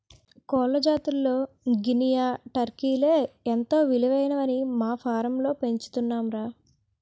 కోళ్ల జాతుల్లో గినియా, టర్కీలే ఎంతో విలువైనవని మా ఫాంలో పెంచుతున్నాంరా